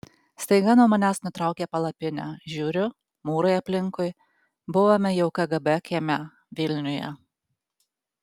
staiga nuo manęs nutraukė palapinę žiūriu mūrai aplinkui buvome jau kgb kieme vilniuje